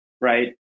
right